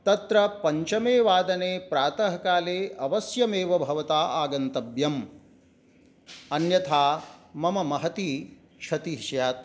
तत्र पञ्चमे वादने प्रातःकाले अवश्यमेव भवता आगन्तव्यम् अन्यथा मम महती क्षतिः स्यात्